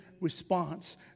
response